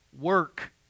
work